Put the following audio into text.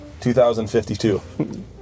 2052